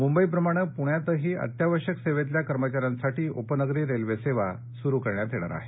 मुंबई प्रमाणे प्रण्यातही अत्यावश्यक सेवेतल्या कर्मचाऱ्यांसाठी उपनगरी रेल्वेसेवा सुरु करण्यात येणार आहे